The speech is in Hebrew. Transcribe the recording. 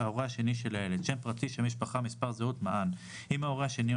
מען: _________________ אם ההורה השני הוא